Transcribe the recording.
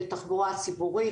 בתחבורה הציבורית.